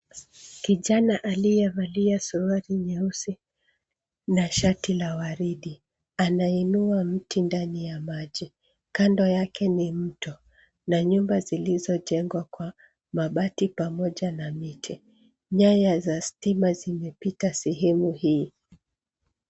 Kijana aliyevalia suruali nyeusi na shati la waridi anainua mti ndani ya maji, kando yake ni mto na nyumba zilizojengwa kwa mabati pamoja na miti, nyaya za stima zimepita sehemu hii.